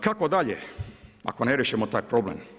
Kako dalje ako ne riješimo taj problem?